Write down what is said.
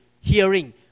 Hearing